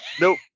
Nope